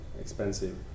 expensive